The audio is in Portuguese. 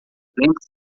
lembre